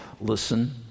listen